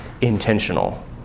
Intentional